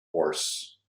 hoarse